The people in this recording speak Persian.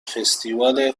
فستیوال